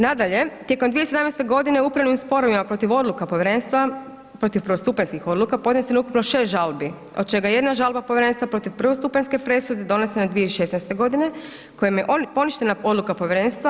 Nadalje, tijekom 2017. upravnim sporovima protiv odluka povjerenstva, protiv prvostupanjskih odluka podneseno je ukupno 6 žalbi od čega je jedna žalba povjerenstva protiv prvostupanjske presude donesena 2016. godine kojom je poništena odluka povjerenstva.